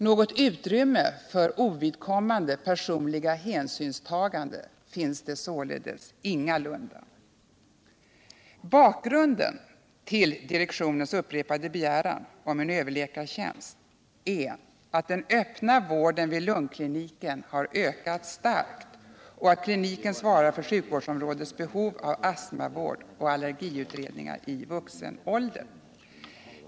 Något utrymme för ovidkommande personliga hänsynstaganden finns således ingalunda. Bakgrunden till direktionens upprepade begäran om en överläkartjänst är att den öppna vården vid lungkliniken har ökat starkt och att kliniken svarar för sjukvårdsområdets behov av astmavård och allergiutredningar för personer i vuxen ålder.